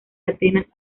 atenas